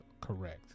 Correct